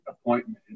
appointment